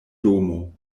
domo